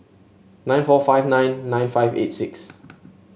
nine four five nine nine five eight six